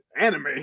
anime